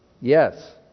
yes